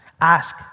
Ask